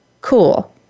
cool